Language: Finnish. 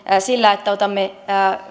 sillä että otamme